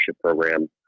program